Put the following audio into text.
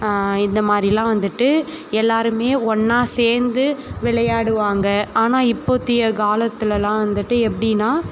இந்த மாதிரிலாம் வந்துட்டு எல்லாரும் ஒன்னா சேர்ந்து விளையாடுவாங்க ஆனால் இப்போத்திய காலத்துலலாம் வந்துட்டு எப்படின்னா